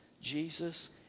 Jesus